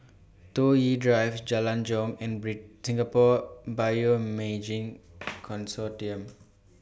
Toh Yi Drive Jalan Jong and Singapore Bioimaging Consortium